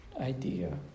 idea